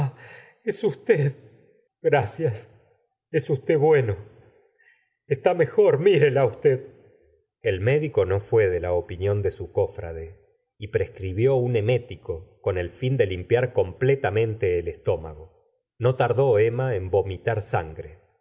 es usted gracias es usted bueno está mejor lhrela usted el médico no fué de la opinión de su cofrade y prescribió un emético con el fin de limpiar completamente el estómago n o tardó emma en vomitar sangre